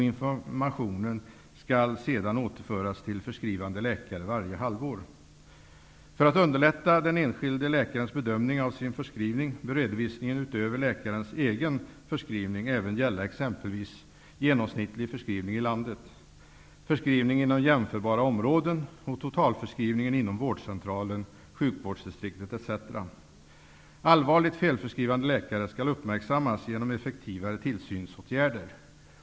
Informationen skall sedan återföras till förskrivande läkare varje halvår. För att underlätta den enskilde läkarens be dömning av sin förskrivning bör redovisningen ut över läkarens egen förskrivning även gälla exem pelvis genomsnittlig förskrivning i landet, för skrivning inom jämförbara områden och totalför skrivningen inom vårdcentralen, sjukvårdsdi striktet etc. Allvarligt felförskrivande läkare skall upp märksammas genom effektivare tillsynsåtgärder.